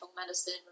medicine